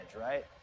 right